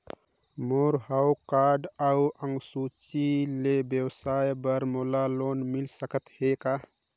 मोर हव कारड अउ अंक सूची ले व्यवसाय बर मोला लोन मिल सकत हे का?